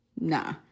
Nah